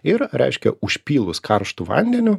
ir reiškia užpylus karštu vandeniu